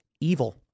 evil